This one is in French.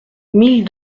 mille